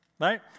right